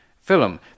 film